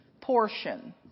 portion